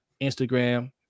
Instagram